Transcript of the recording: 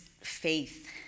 faith